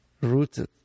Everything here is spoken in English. rooted